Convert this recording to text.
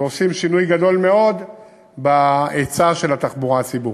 ועושים שינוי מאוד גדול בהיצע של התחבורה הציבורית.